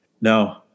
No